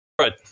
Right